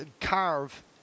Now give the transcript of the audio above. carve